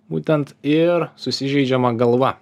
būtent ir susižeidžiama galva